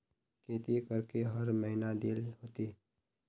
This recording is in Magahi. केते करके हर महीना देल होते?